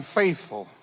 faithful